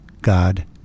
god